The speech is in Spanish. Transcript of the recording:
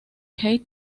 kate